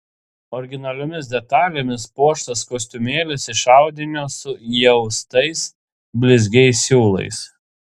originaliomis detalėmis puoštas kostiumėlis iš audinio su įaustais blizgiais siūlais